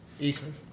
Eastman